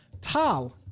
Tal